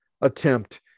attempt